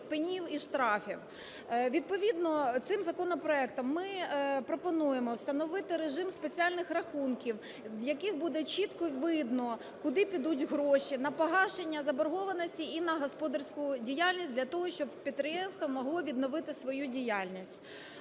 пені і штрафів. Відповідно цим законопроектом ми пропонуємо встановити режим спеціальних рахунків, в яких буде чітко видно, куди підуть гроші, на погашення заборгованостей і на господарську діяльність для того, щоб підприємство могло відновити свою діяльність.